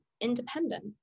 independent